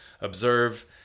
observe